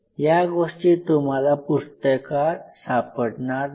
या गोष्टी तुम्हाला पुस्तकात सापडणार नाही